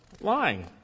lying